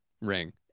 ring